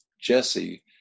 Jesse